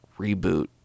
Reboot